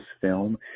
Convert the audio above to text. film